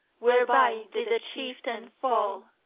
whereby did a chieftain fall,